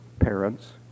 parents